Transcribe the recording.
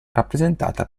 rappresentata